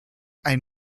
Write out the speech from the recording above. ein